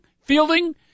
fielding